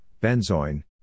benzoin